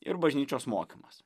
ir bažnyčios mokymas